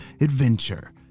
adventure